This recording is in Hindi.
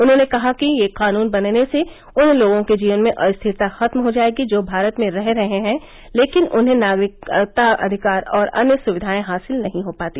उन्होंने कहा कि यह कानून बनने से उन लोगों के जीवन में अस्थिरता खत्म हो जायेगी जो भारत में रह रहे हैं लेकिन उन्हें नागरिकता अधिकार और अन्य सुविधाएं हासिल नहीं हो पाती